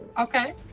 Okay